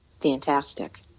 fantastic